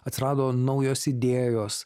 atsirado naujos idėjos